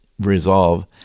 resolve